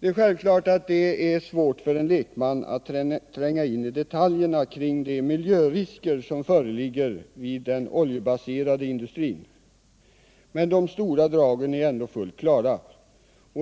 För en lekman är det givetvis svårt att tränga in i detaljerna kring de miljörisker som föreligger i fråga om den oljebaserade industrin. Men de stora dragen är ändå fullt klara.